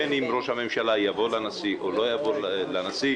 בין אם ראש הממשלה יבוא לנשיא ובין אם לא יבוא לנשיא,